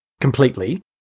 completely